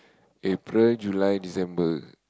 April July December